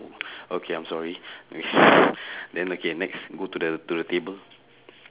oh okay I'm sorry then okay next go to to the table